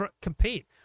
compete